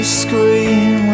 scream